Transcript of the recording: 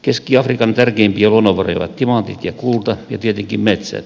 keski afrikan tärkeimpiä luonnonvaroja ovat timantit ja kulta ja tietenkin metsät